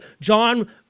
John